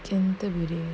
canterbury